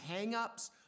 hangups